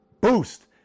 boost